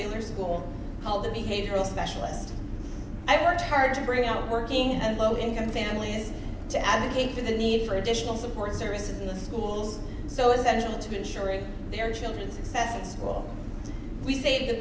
their school all the behavioral specialist i worked hard to bring on working and low income families to allocate to the need for additional support services in the schools so essential to ensuring their children's success and school we saved the